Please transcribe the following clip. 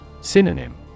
Synonym